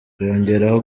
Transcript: yongeraho